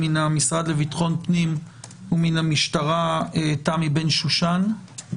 מן המשרד לביטחון הפנים ומן המשטרה: תמי בן שושן,